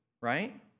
right